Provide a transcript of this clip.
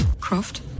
Croft